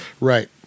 Right